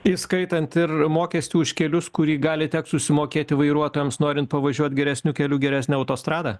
įskaitant ir mokestį už kelius kurį gali tekt susimokėti vairuotojams norint pavažiuot geresniu keliu geresne autostrada